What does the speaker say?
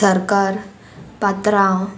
सरकार पात्रांव